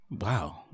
Wow